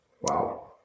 Wow